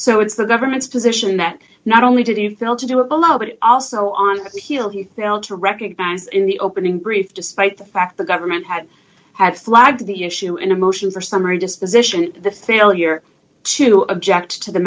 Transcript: so it's the government's position that not only did he fail to do it below but also on appeal he failed to recognize in the opening brief despite the fact the government had had flagged the issue in a motion for summary disposition the failure to object to the